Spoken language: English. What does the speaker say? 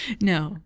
No